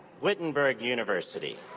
wittenberg university.